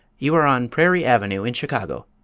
you are on prairie avenue, in chicago.